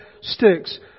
sticks